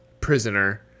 prisoner